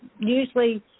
usually